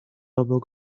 obok